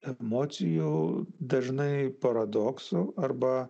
emocijų dažnai paradoksų arba